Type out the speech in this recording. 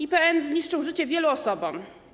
IPN zniszczył życie wielu osobom.